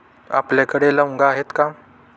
आपल्याकडे लवंगा आहेत का?